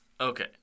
Okay